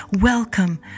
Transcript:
Welcome